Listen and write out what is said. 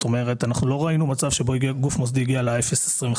לא ראינו מצב שבו גוף מוסדי הגיע ל-0.25.